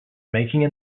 making